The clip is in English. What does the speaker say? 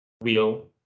wheel